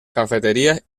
cafeterías